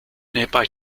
nearby